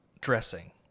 Dressing